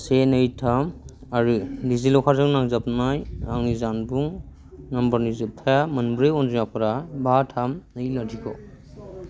से नै थाम आरो डिजिलकारजों नांजाबनाय आंनि जानबुं नाम्बारनि जोबथा मोनब्रै अनजिमाफोरा बा थाम नै लाथिख'